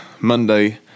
Monday